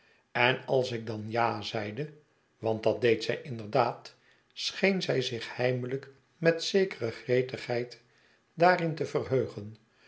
en als ik dan ja zeide want dat deed zij inderdaad scheen zij zich heimelijk met zekere gretigheid daarin te verheugen